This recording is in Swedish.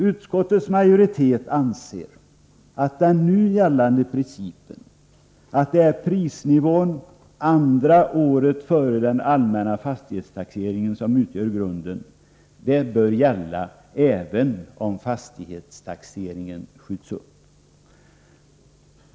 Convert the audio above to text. Utskottsmajoriteten anser att den nu gällande principen att det är prisnivån andra året före den allmänna fastighetstaxeringen som utgör grunden bör gälla även om fastighetstaxeringen skjuts upp.